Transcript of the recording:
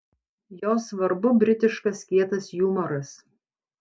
jo svarbu britiškas kietas jumoras